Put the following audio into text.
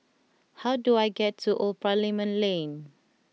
how do I get to Old Parliament Lane